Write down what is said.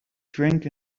drink